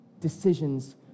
decisions